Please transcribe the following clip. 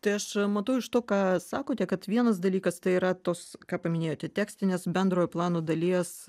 tai aš matau iš to ką sakote kad vienas dalykas tai yra tos ką paminėjote tekstinės bendrojo plano dalies